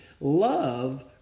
Love